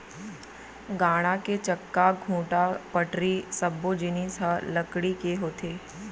गाड़ा के चक्का, खूंटा, पटरी सब्बो जिनिस ह लकड़ी के होथे